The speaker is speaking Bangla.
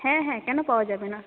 হ্যাঁ হ্যাঁ কেন পাওয়া যাবে না